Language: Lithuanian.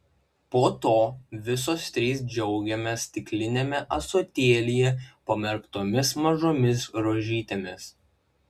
po to visos trys džiaugiamės stikliniame ąsotėlyje pamerktomis mažomis rožytėmis